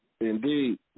Indeed